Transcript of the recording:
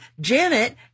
Janet